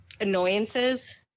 annoyances